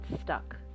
stuck